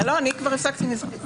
אני הפסקתי כבר מזמן.